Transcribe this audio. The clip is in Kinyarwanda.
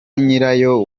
nyirayo